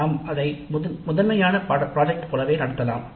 நாம் அதை முதன்மையான பிராஜக்ட் போலவே நடத்தலாம்